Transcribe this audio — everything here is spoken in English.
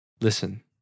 listen